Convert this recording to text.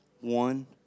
One